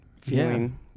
feeling